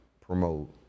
promote